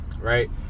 right